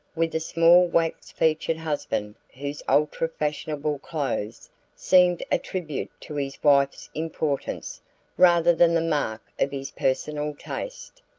with a small wax-featured husband whose ultra-fashionable clothes seemed a tribute to his wife's importance rather than the mark of his personal taste.